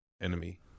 enemy